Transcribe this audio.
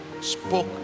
spoke